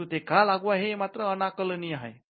परंतु ते का लागू आहे हे मात्र अनाकलनीय आहे